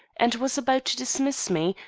and was about to dismiss me,